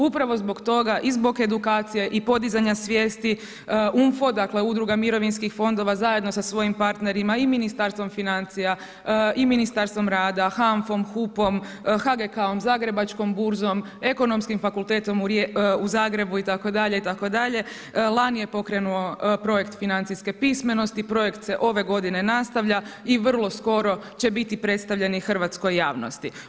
Upravo zbog toga i zbog edukacija i podizanja svijesti UMFO, dakle udruga mirovinskih fondova zajedno sa svojim partnerima i Ministarstvom financija i Ministarstvom rada, HANFA-om, HUP-om, HGK-om, Zagrebačkom burzom, Ekonomskim fakultetom u Zagrebu itd., itd. lani je pokrenuo projekt financijske pismenosti, projekt se ove godine nastavlja i vrlo skoro će biti predstavljen i hrvatskoj javnosti.